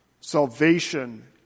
salvation